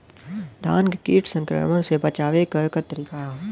धान के कीट संक्रमण से बचावे क का तरीका ह?